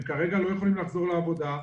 כרגע הם לא יכולים לחזור לעבודה,